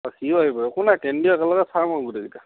অ সিও আহিব একো নাই কেন্দ্ৰীয় একেলগে চাম আৰু গোটেইগিতাই